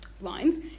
lines